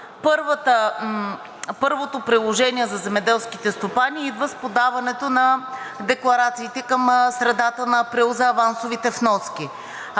Първото приложение за земеделските стопани идва с подаването на декларациите към средата на месец април за авансовите вноски.